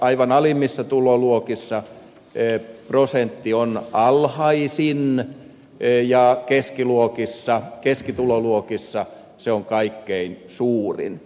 aivan alimmissa tuloluokissa prosentti on alhaisin ja keskituloluokissa se on kaikkein suurin